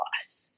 loss